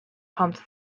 pumped